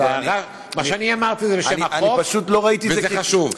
אז ההערה שאני אמרתי זה בשם החוק, וזה חשוב.